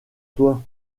toi